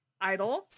idols